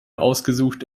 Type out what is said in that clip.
ausgesucht